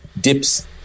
dips